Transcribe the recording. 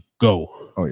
go